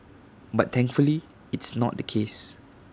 but thankfully it's not the case